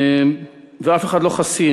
ואף אחד לא חסין.